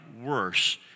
worse